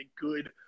good